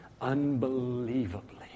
unbelievably